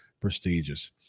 prestigious